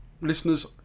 Listeners